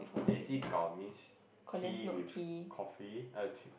teh C kaw means tea with coffee uh